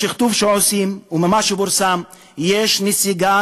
בשכתוב שעושים ולפי מה שפורסם יש נסיגה